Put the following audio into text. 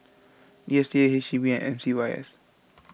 D S T A H E B and M C Y S